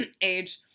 age